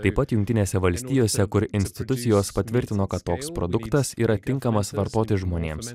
taip pat jungtinėse valstijose kur institucijos patvirtino kad toks produktas yra tinkamas vartoti žmonėms